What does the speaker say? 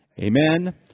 Amen